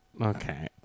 okay